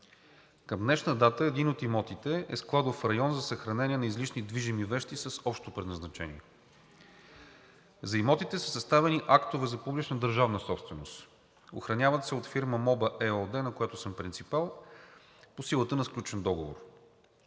Към днешна дата един от имотите е складов район за съхранение на излишни движими вещи с общо предназначение. За имотите са съставени актове за публична държавна собственост. Охраняват се от фирма „МОБА“ ЕООД, на която съм принципал по силата на сключен договор.